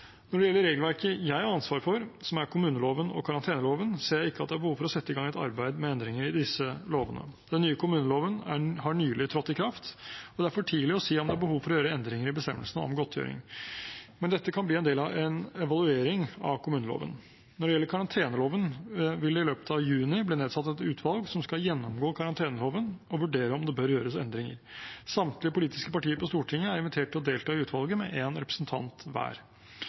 Når det gjelder regelverket jeg har ansvar for, som er kommuneloven og karanteneloven, ser jeg ikke at det er behov for å sette i gang arbeid med endringer i disse lovene. Den nye kommuneloven har nylig trådt i kraft, og det er for tidlig å si om det er behov for å gjøre endringer i bestemmelsene om godtgjøring. Men dette kan bli en del av en evaluering av kommuneloven. Når det gjelder karanteneloven, vil det i løpet av juni bli nedsatt et utvalg som skal gjennomgå karanteneloven og vurdere om det bør gjøres endringer. Samtlige politiske partier på Stortinget er invitert til å delta i utvalget med én representant hver.